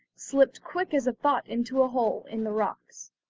slipped quick as thought into a hole in the rocks.